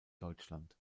deutschland